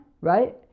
right